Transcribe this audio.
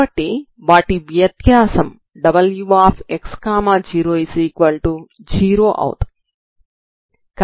కాబట్టి వాటి వ్యత్యాసం wx00 అవుతుంది